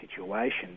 situation